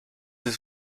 ist